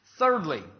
Thirdly